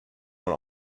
when